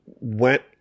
Went